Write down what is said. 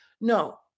No